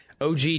OG